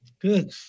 Good